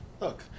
Look